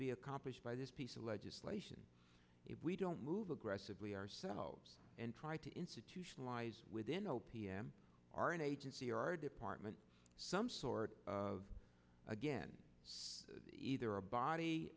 be accomplished by this piece of legislation if we don't move aggressively ourselves and try to institutionalize within o p m are an agency or department some sort of again either a body